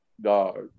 dog